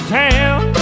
town